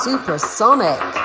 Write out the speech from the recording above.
Supersonic